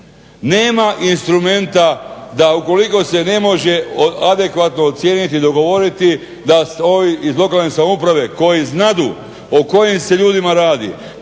Nema instrumenta da ukoliko se ne može adekvatno ocijeniti i dogovoriti da ovi iz lokalne samouprave koji znadu o kojim se ljudima radi,